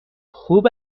خوب